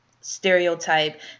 stereotype